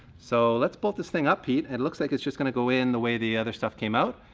so, let's bolt this thing up, pete. it looks like it's just gonna go in the way the other stuff came out.